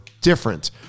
different